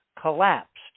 collapsed